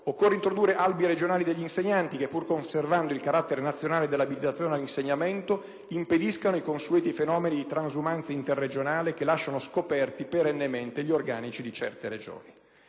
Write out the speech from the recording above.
altresì introdurre albi regionali degli insegnanti che, pur conservando il carattere nazionale dell'abilitazione all'insegnamento, impediscano i consueti fenomeni di transumanza interregionale, che lasciano scoperti perennemente gli organici di certe Regioni.